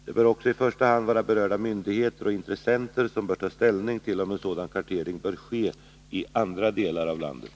Det bör också i första hand vara berörda myndigheter och intressenter som tar ställning till om en sådan kartering bör ske i andra delar av landet.